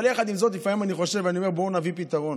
אבל יחד עם זאת לפעמים אני חושב ואני אומר: בואו נביא פתרון.